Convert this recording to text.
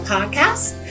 Podcast